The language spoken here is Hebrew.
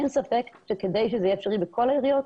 אין ספק שכדי שזה יהיה אפשרי בכל העיריות,